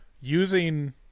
using